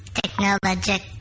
technologic